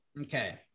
Okay